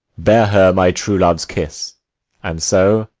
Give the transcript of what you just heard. bear her my true love's kiss and so,